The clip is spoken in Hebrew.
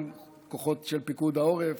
גם כוחות של פיקוד העורף,